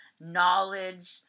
knowledge